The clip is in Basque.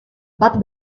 bat